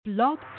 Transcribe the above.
Blog